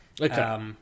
Okay